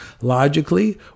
logically